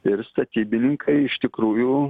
ir statybininkai iš tikrųjų